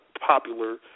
popular